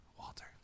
Walter